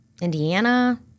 Indiana